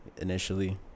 initially